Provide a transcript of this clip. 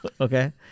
Okay